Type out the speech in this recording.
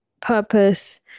purpose